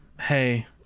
Hey